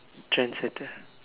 trend setter